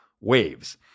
waves